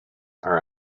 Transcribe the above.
are